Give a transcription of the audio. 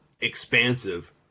expansive